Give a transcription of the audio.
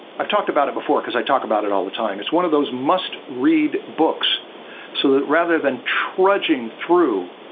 i've talked about it before because i talk about it all the time. it's one of those must read books so that rather than trudging through